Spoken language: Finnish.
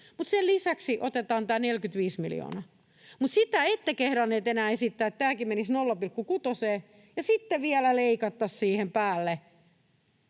sen lisäksi otetaan tämä 45 miljoonaa. Mutta sitä ette kehdanneet enää esittää, että tämäkin menisi 0,6:een ja sitten vielä leikattaisiin siihen päälle